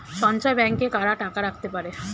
সঞ্চয় ব্যাংকে কারা টাকা রাখতে পারে?